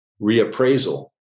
reappraisal